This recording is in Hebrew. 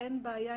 שאין בעיה,